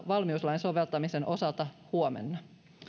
valmiuslain soveltamisen osalta vasta huomenna